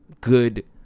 Good